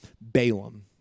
Balaam